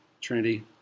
Trinity